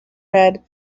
read